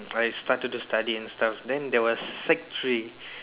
I started to study and stuff then there was sec three